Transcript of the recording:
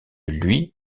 lui